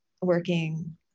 working